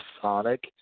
Sonic